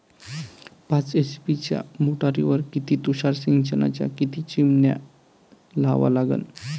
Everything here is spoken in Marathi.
पाच एच.पी च्या मोटारीवर किती तुषार सिंचनाच्या किती चिमन्या लावा लागन?